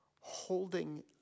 holding